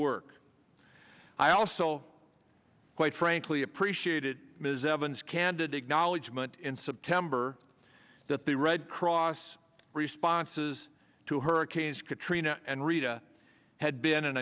work i also quite frankly appreciated ms evans candid acknowledgement in september that the red cross responses to hurricanes katrina and rita had been and